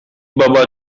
بابا